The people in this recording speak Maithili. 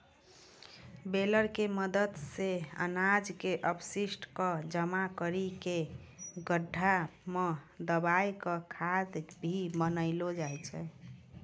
बेलर के मदद सॅ अनाज के अपशिष्ट क जमा करी कॅ गड्ढा मॅ दबाय क खाद भी बनैलो जाय छै